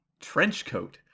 Trenchcoat